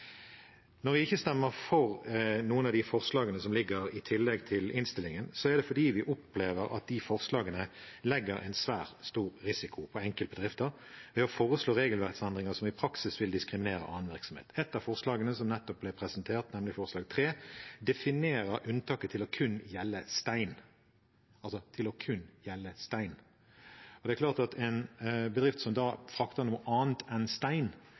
Når vi ikke stemmer for noen av de forslagene som ligger i tillegg til innstillingen, er det fordi vi opplever at de forslagene legger en svært stor risiko på enkeltbedrifter ved å foreslå regelverksendringer som i praksis vil diskriminere annen virksomhet. Et av forslagene som nettopp ble presentert, nemlig forslag nr. 3, definerer unntaket til kun å gjelde stein – til kun å gjelde stein. Det er klart at en bedrift som da frakter noe annet enn stein,